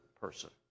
person